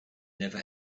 never